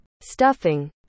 Stuffing